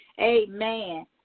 Amen